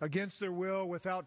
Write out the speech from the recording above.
against their will without